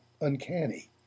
uncanny